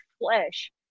flesh